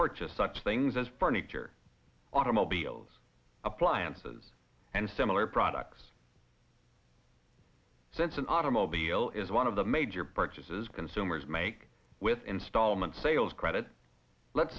purchase such things as furniture automobiles appliances and similar products since an automobile is one of the major purchases consumers make with installment sales credit let's